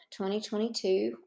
2022